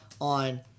on